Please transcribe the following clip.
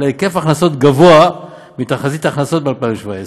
אלא בהיקף הכנסות גבוה מתחזית ההכנסות ב-2017.